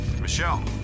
Michelle